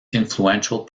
influential